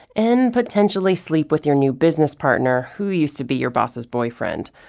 and potentially sleep with your new business partner, who used to be your boss's boyfriend.